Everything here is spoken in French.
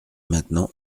maintenant